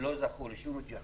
לא זכו לשום התייחסות,